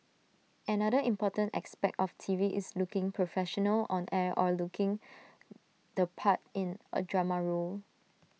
another important aspect of T V is looking professional on air or looking the part in A drama role